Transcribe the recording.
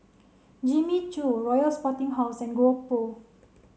Jimmy Choo Royal Sporting House and GoPro